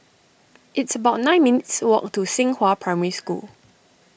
it's about nine minutes' walk to Xinghua Primary School